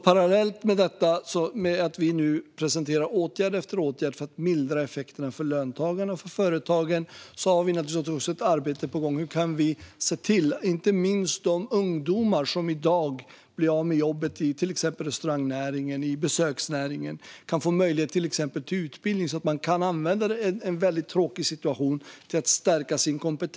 Parallellt med att vi nu presenterar åtgärd efter åtgärd för att mildra effekterna för löntagarna och för företagen har vi naturligtvis också ett arbete på gång gällande hur vi kan se till att inte minst de ungdomar som i dag blir av med jobbet i till exempel restaurangnäringen eller besöksnäringen kan få möjlighet till utbildning så att de kan använda en väldigt tråkig situation till att stärka sin kompetens.